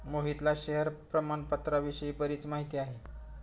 मोहितला शेअर प्रामाणपत्राविषयी बरीच माहिती आहे